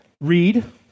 Read